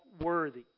worthy